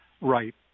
right